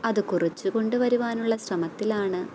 അത് കുറച്ചു കൊണ്ടുവരുവാനുള്ള ശ്രമത്തിലാണ്